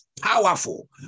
powerful